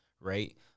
right